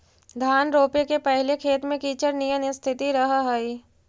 धान रोपे के पहिले खेत में कीचड़ निअन स्थिति रहऽ हइ